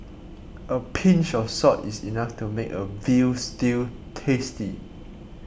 a pinch of salt is enough to make a Veal Stew tasty